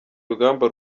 urugamba